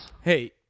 Hey